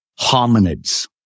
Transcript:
hominids